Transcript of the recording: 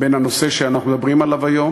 בין הנושא שאנחנו מדברים עליו היום,